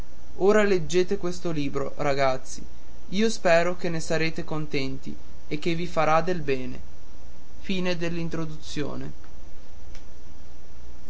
ora leggete questo libro ragazzi io spero che ne sarete contenti e che vi farà del bene